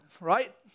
right